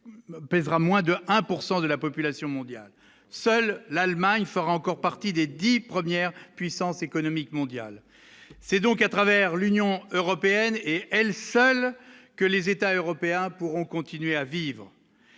pèsera moins de 1 pourcent de la population mondiale, seule l'Allemagne fera encore partie des 10 premières puissances économiques mondiales, c'est donc à travers l'Union européenne et elle seule, que les États européens pourront continuer à vivre,